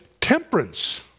temperance